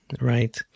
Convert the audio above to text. right